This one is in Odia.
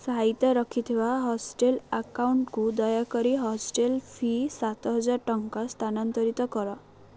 ସାଇତା ରହିଥିବା ହଷ୍ଟେଲ୍ ଆକାଉଣ୍ଟକୁ ଦୟାକରି ହଷ୍ଟେଲ୍ ଫି ସାତହଜାର ଟଙ୍କା ସ୍ଥାନାନ୍ତରିତ କର